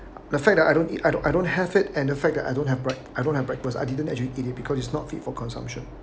the fact that I don't eat I don't I don't have it and the fact that I don't have break~ I don't have breakfast I didn't actually eat it because it's not fit for consumption